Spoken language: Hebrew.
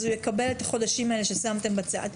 אז הוא יקבל את החודשים האלה ששמתם בצד.